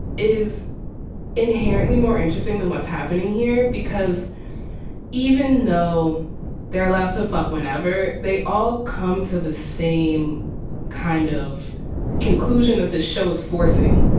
is inherently more interesting than what's happening here, because even though they're allowed to fuck whenever they all come to the same kind of conclusion that this show is forcing,